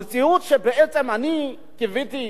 המציאות שבעצם אני קיוויתי,